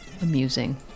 Amusing